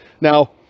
Now